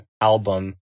album